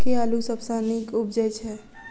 केँ आलु सबसँ नीक उबजय छै?